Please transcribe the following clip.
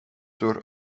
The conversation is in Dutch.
door